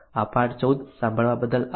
આ પાઠ 14 સાંભળવા બદલ આભાર